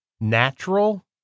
natural